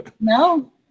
No